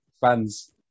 fans